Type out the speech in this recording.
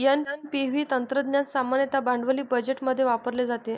NPV तंत्रज्ञान सामान्यतः भांडवली बजेटमध्ये वापरले जाते